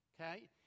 okay